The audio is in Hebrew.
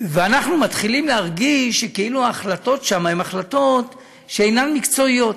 ואנחנו מתחילים להרגיש שכאילו ההחלטות שם הן החלטות שאינן מקצועיות,